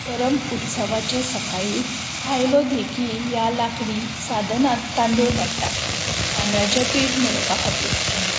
करम उत्सवाचे सकाळीं भायलो देखी ह्या लांकडी साधनांत तांदूळ काडटा तांदळाचे पीठ मेळोवपा खातीर